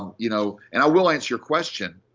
um you know and i will answer your question.